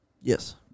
Yes